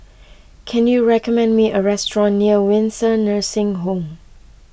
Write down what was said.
can you recommend me a restaurant near Windsor Nursing Home